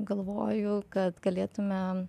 galvoju kad galėtumėm